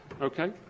Okay